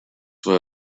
were